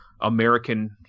American